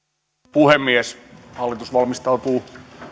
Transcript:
puhemies hallitus valmistautuu